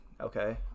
okay